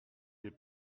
des